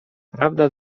prawda